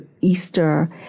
Easter